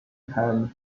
hand